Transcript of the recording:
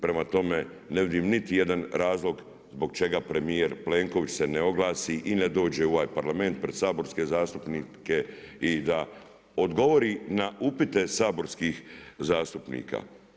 Prema tome ne vidim niti jedan razlog zbog čega premijer Plenković se ne oglasi i ne dođe u ovaj Parlament pred saborske zastupnike i da odgovori na upite saborskih zastupnika.